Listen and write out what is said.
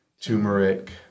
turmeric